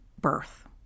birth